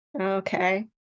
Okay